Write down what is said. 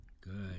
Good